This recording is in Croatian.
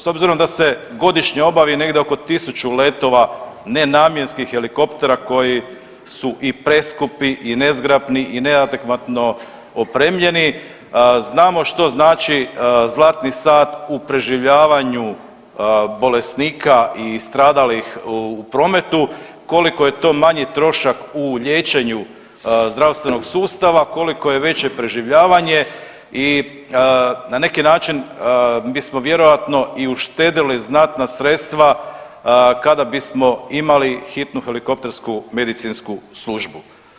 S obzirom da se godišnje obavi negdje oko tisuću letova nenamjenskih helikoptere koji su i preskupi i nezgrapni i neadekvatno opremljeni znamo što znači zlatni sat u preživljavanju bolesnika i stradalih u prometu, koliko je to manji trošak u liječenju zdravstvenog sustava, koliko je veće preživljavanje i na neki način bismo vjerojatno i uštedjeli znatna sredstva kada bismo imali hitnu helikoptersku medicinsku službu.